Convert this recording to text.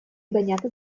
bagnata